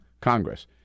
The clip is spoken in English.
Congress